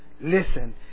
listen